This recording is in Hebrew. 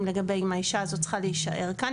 לגבי אם האישה הזאת צריכה להישאר כאן,